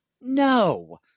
No